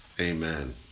amen